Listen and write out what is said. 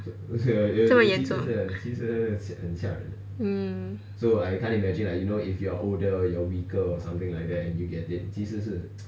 这么严重 mm